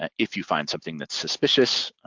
and if you find something that's suspicious,